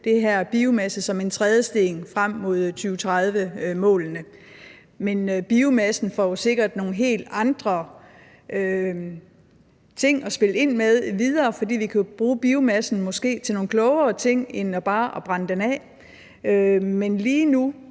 den her biomasse som en trædesten frem mod 2030-målene. Men biomassen får jo sikkert nogle helt andre ting at spille ind med videre, for vi kan jo bruge biomassen til måske nogle klogere ting end bare at brænde den af. Men lige nu